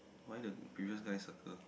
why the previous guy circle